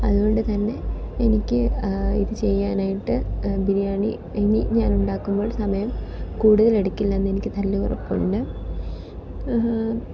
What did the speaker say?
അതുകൊണ്ട് തന്നെ എനിക്ക് ഇത് ചെയ്യാനായിട്ട് ബിരിയാണി ഇനി ഞാൻ ഉണ്ടാക്കുമ്പോൾ സമയം കൂടുതൽ എടുക്കില്ല എന്ന് എനിക്ക് നല്ല ഉറപ്പുണ്ട്